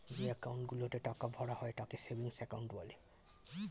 যে অ্যাকাউন্ট গুলোতে টাকা ভরা হয় তাকে সেভিংস অ্যাকাউন্ট বলে